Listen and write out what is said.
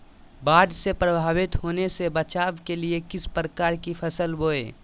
बाढ़ से प्रभावित होने से बचाव के लिए किस प्रकार की फसल बोए?